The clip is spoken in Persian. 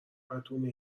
بتونه